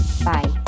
Bye